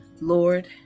Lord